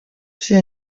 все